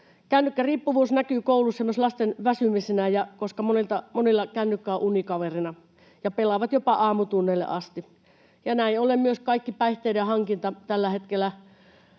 Kännykkäriippuvuus näkyy kouluissa myös lasten väsymisenä, koska monilla kännykkä on unikaverina ja he pelaavat jopa aamutunneille asti. Näin ollen myös kaikki päihteiden hankinta — tällä hetkellä